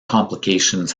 complications